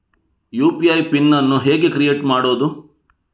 UPI PIN ಅನ್ನು ಹೇಗೆ create ಮಾಡುದು?